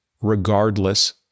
regardless